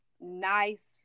nice